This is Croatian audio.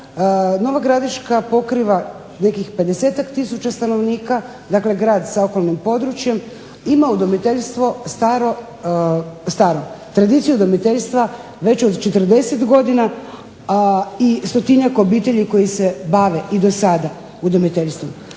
Nova Gradiška pokriva nekih 50-tak tisuća stanovnika. Dakle, grad sa okolnim područjem ima udomiteljstvo staro, tradiciju udomiteljstva već od 40 godina i stotinjak obitelji koji se bave i do sada udomiteljstvom.